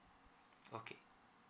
okay